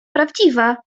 prawdziwa